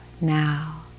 now